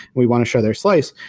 we want to show their slice,